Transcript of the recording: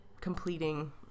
completing